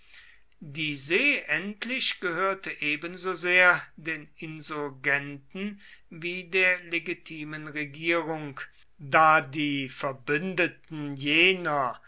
die see endlich gehörte ebensosehr den insurgenten wie der legitimen regierung da die verbündetem jener